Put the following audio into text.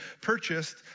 purchased